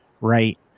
right